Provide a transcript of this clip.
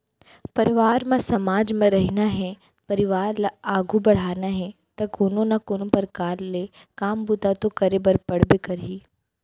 परवार म समाज म रहिना हे परवार ल आघू बड़हाना हे ता कोनो ना कोनो परकार ले काम बूता तो करे बर पड़बे करही